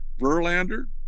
Verlander